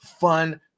fun